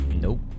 Nope